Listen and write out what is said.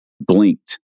blinked